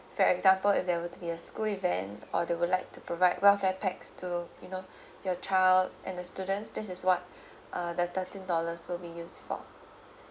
for example if there were to be a school event or they would like to provide welfare packs to you know your child and the students this is what uh the thirteen dollars will be used for